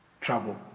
trouble